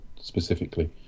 specifically